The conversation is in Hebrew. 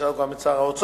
יש גם שר האוצר.